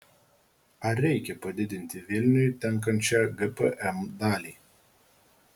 ar reikia padidinti vilniui tenkančią gpm dalį